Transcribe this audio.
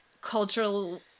cultural